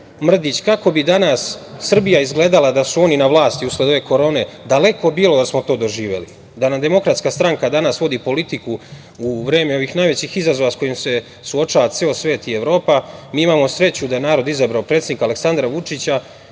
Mrdić - kako bi danas Srbija izgledala da su oni na vlasti usled ove korone? Daleko bilo da smo to doživeli, da nam DS danas vodi politiku u vreme ovih najvećih izazova sa kojim se suočava ceo svet i Evropa. Mi imamo sreću da je narod izabrao predsednika Aleksandra Vučića.